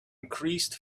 increased